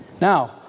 Now